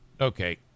okay